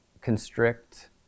constrict